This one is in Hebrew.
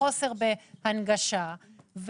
חוסר בהנגשה.